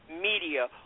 media